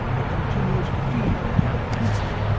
it continues to feed on the ant pupae,